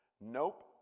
nope